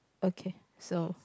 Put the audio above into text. okay so